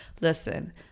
Listen